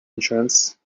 insurance